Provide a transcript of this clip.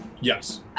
Yes